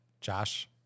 Josh